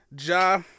Ja